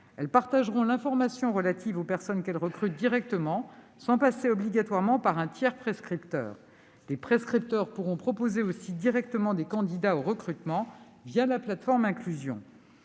Elles partageront l'information relative aux personnes qu'elles recrutent directement, sans passer obligatoirement par un tiers prescripteur. Les prescripteurs pourront proposer aussi directement des candidats au recrutement par le biais de la plateforme de l'inclusion.